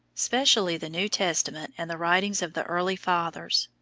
specially the new testament and the writings of the early fathers.